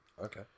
okay